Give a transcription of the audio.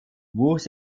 wuchs